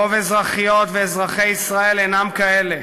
רוב אזרחיות ואזרחי ישראל אינם כאלה,